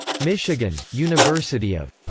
michigan, university of.